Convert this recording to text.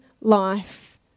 life